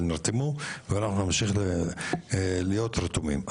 אבל נרתמו ואנחנו נמשיך להיות רתומים.